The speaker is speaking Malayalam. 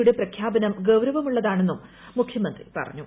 യുടെ പ്രഖ്യാപനം ഗൌരവമുള്ളതാണെന്നും മുഖ്യമന്ത്രി പറഞ്ഞു